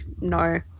no